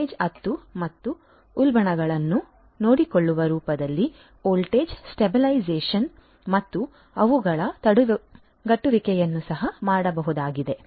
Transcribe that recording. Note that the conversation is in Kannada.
ವೋಲ್ಟೇಜ್ ಅದ್ದು ಮತ್ತು ಉಲ್ಬಣಗಳನ್ನು ನೋಡಿಕೊಳ್ಳುವ ರೂಪದಲ್ಲಿ ವೋಲ್ಟೇಜ್ ಸ್ಟಬಿಲೈಝಷನ್ ಮತ್ತು ಅವುಗಳ ತಡೆಗಟ್ಟುವಿಕೆಯನ್ನು ಸಹ ಮಾಡಬಹುದಾಗಿದೆ